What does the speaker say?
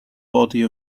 body